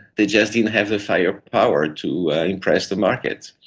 they just didn't have the firepower to impress the markets.